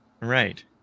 Right